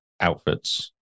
outfits